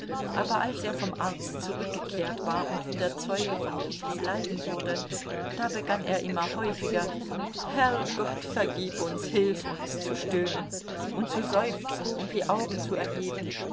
aber als er vom arzt zurückgekehrt war und wieder zeuge von kittys leiden wurde da begann er immer häufiger herrgott vergib uns hilf uns zu stöhnen und zu seufzen und die augen zu erheben